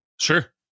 Sure